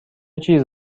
چیز